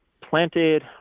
planted